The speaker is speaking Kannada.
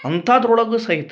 ಅಂಥದ್ರೊಳಗು ಸಹಿತ